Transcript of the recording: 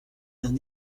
d’un